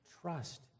trust